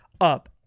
up